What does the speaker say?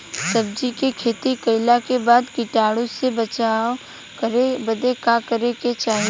सब्जी के खेती कइला के बाद कीटाणु से बचाव करे बदे का करे के चाही?